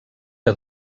que